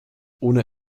ohne